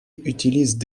utilisent